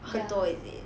ya